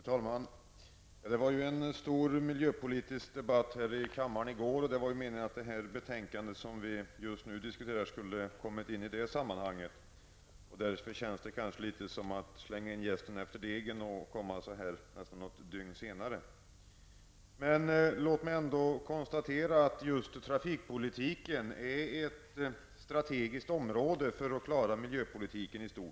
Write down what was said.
Fru talman! Det var ju en stor miljöpolitisk debatt här i går. Det var ju meningen att det betänkande som vi nu behandlar skulle ha kommit in i det sammanhanget. Att debattera detta nu, något dygn senare, känns därför ungefär som att kasta in jästen efter degen. Låt mig ändå konstatera att trafikpolitiken är ett strategiskt område för att i stort klara miljöpolitiken.